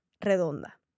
redonda